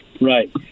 Right